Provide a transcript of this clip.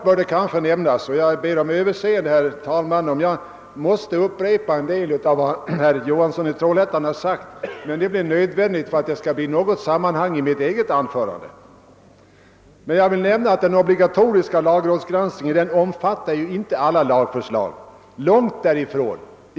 Jag vill nämna — och jag ber om överseende, herr talman, om jag måste upprepa en del av vad herr Johansson i Trollhättan har sagt, men det blir nödvändigt för att det skall bli något sammanhang i mitt eget anförande — att den obligatoriska lagrådsgranskningen inte omfattar alla lagförslag.